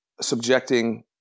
subjecting